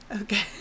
Okay